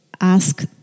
ask